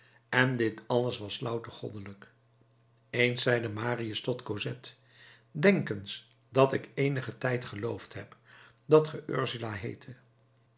en dit alles was louter goddelijk eens zeide marius tot cosette denk eens dat ik eenigen tijd geloofd heb dat ge ursula heette